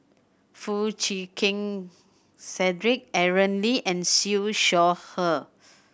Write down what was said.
Foo Chee Keng Cedric Aaron Lee and Siew Shaw Her